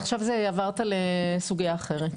עכשיו זה עברת לסוגייה אחרת.